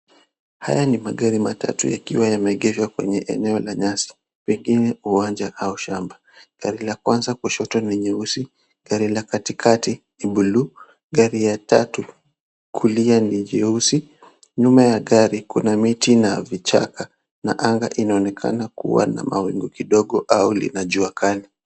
Haya ni magari matatu yakiwa yameegeshwa kwenye eneo la nyasi pengine uwanja au shamba. Gari la kwanza kushoto ni nyeusi, gari la katikati ni buluu, gari ya tatu kulia ni jeusi, nyuma ya gari kuna miti na vichaka na anga inaonekana kuwa na mawingu kidogo au lina jua kali.